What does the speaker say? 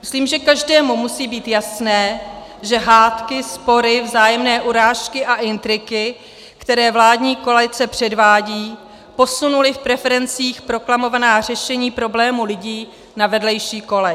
Myslím, že každému musí být jasné, že hádky, spory, vzájemné urážky a intriky, které vládní koalice předvádí, posunuly v preferencích proklamovaná řešení problémů lidí na vedlejší kolej.